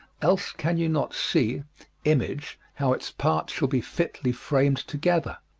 else can you not see image how its parts shall be fitly framed together.